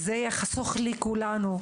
זה יחסוך לכולנו,